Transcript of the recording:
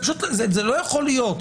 זה פשוט לא יכול להיות.